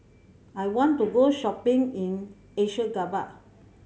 I want to go shopping in Ashgabat